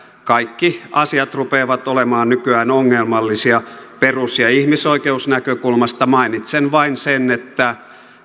kaikki asiat rupeavat olemaan nykyään ongelmallisia perus ja ihmisoikeusnäkökulmasta mainitsen vain sen että